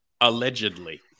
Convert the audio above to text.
allegedly